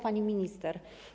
Pani Minister!